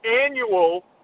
annual